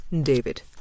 David